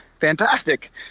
fantastic